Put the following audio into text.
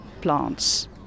plants